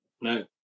No